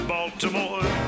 Baltimore